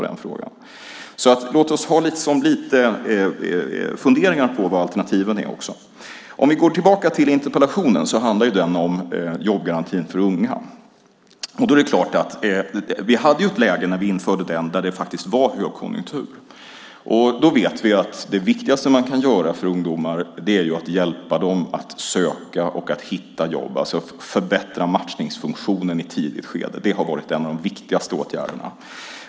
Låt oss ha lite funderingar på vilka alternativ som finns. Interpellationen handlar om jobbgarantin för unga. När vi införde den var det faktiskt högkonjunktur, och vi vet att det viktigaste man kan göra för ungdomar är att hjälpa dem att söka och hitta jobb, alltså att förbättra matchningsfunktionen i ett tidigt skede. Det har varit en av de viktigaste åtgärderna.